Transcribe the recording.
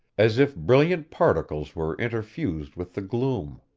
as if brilliant particles were interfused with the gloom.